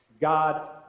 God